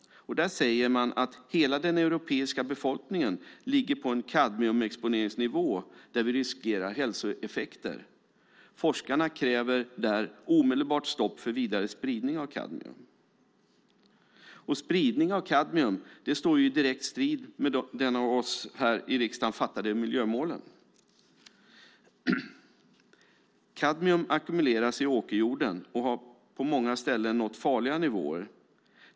Där säger man att hela den europeiska befolkningen ligger på en kadmiumexponeringsnivå där vi riskerar hälsoeffekter. Forskarna kräver där omedelbart stopp för vidare spridning av kadmium. Spridning av kadmium står i direkt strid med de av oss här i riksdagen beslutade miljömålen. Kadmium ackumuleras i åkerjorden och har på många ställen nått farliga nivåer.